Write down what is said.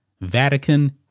Vatican